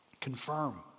confirm